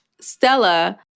Stella